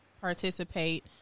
participate